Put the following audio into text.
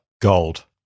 Gold